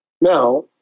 Now